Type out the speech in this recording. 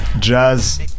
jazz